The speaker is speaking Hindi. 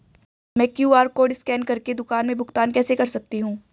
मैं क्यू.आर कॉड स्कैन कर के दुकान में भुगतान कैसे कर सकती हूँ?